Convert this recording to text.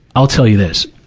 i'll tell you this.